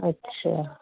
ਅੱਛਾ